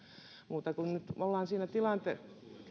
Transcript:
mutta kun nyt me olemme siinä tilanteessa